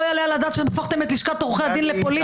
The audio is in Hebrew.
לא יעלה על הדעת שהפכתם את לשכת עורכי הדין לפוליטית.